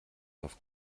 läuft